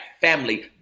family